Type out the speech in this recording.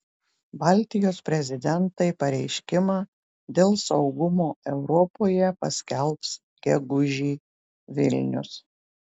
baltijos prezidentai pareiškimą dėl saugumo europoje paskelbs gegužį vilnius